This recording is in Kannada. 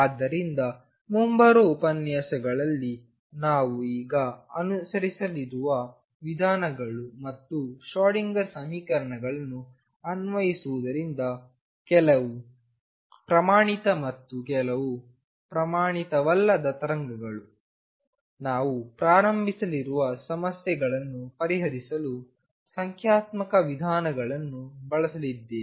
ಆದ್ದರಿಂದ ಮುಂಬರುವ ಉಪನ್ಯಾಸಗಳಲ್ಲಿ ನಾವು ಈಗ ಅನುಸರಿಸಲಿರುವ ವಿಧಾನಗಳು ಮತ್ತು ಶ್ರೋಡಿಂಗರ್ ಸಮೀಕರಣಗಳನ್ನು ಅನ್ವಯಿಸುವುದರಿಂದ ಕೆಲವು ಪ್ರಮಾಣಿತ ಮತ್ತು ಕೆಲವು ಪ್ರಮಾಣಿತವಲ್ಲದ ತರಂಗಗಳು ನಾವು ಪ್ರಾರಂಭಿಸಲಿರುವ ಸಮಸ್ಯೆಯನ್ನು ಪರಿಹರಿಸಲು ಸಂಖ್ಯಾತ್ಮಕ ವಿಧಾನವನ್ನು ಬಳಸಲಿದ್ದೇವೆ